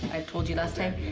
i've told you, last time.